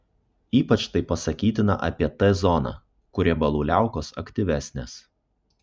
ypač tai pasakytina apie t zoną kur riebalų liaukos aktyvesnės